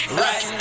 right